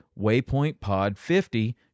waypointpod50